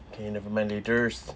okay nevermind laters